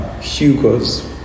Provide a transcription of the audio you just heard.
Hugo's